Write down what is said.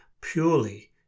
purely